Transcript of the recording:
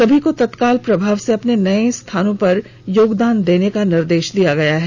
सभी को तत्काल प्रभाव से अपने नए स्थानों पर योगदान देने का भी निर्देश दिया गया है